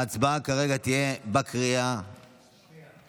ההצבעה כרגע תהיה בקריאה השנייה.